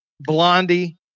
Blondie